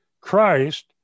Christ